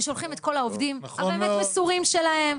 ושולחים את כל העובדים הבאמת-מסורים שלהם,